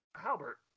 halbert